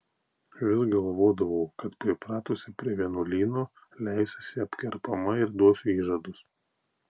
vis galvodavau kad pripratusi prie vienuolyno leisiuosi apkerpama ir duosiu įžadus